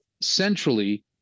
centrally